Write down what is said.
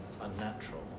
unnatural